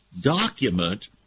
document